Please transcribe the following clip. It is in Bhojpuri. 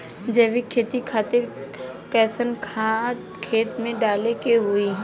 जैविक खेती खातिर कैसन खाद खेत मे डाले के होई?